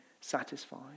satisfied